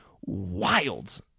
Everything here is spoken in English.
wild